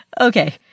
Okay